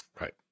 Right